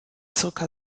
zirka